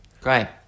Great